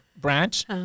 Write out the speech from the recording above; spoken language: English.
branch